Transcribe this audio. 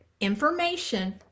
information